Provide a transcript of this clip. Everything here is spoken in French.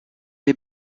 des